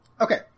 okay